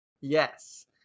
Yes